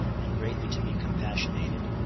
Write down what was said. and greatly to be compassionated,